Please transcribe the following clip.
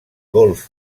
golf